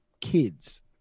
kids